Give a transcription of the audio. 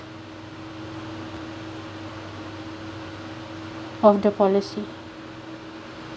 of the policy